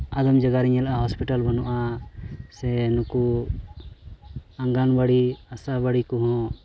ᱟᱫᱚᱢ ᱡᱟᱭᱜᱟ ᱨᱤᱧ ᱧᱮᱞᱟ ᱦᱚᱥᱯᱤᱴᱟᱞ ᱵᱟᱹᱱᱩᱜᱼᱟ ᱥᱮ ᱩᱱᱠᱩ ᱚᱝᱜᱚᱱᱚᱣᱟᱲᱤ ᱟᱥᱟ ᱵᱟᱹᱲᱤ ᱠᱚᱦᱚᱸ